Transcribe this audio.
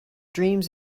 dreams